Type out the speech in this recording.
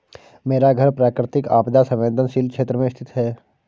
मेरा घर प्राकृतिक आपदा संवेदनशील क्षेत्र में स्थित है